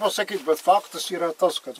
pasakyt bet faktas yra tas kad